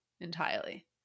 entirely